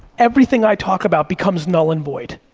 everything i talk about becomes null and void.